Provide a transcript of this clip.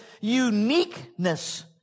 uniqueness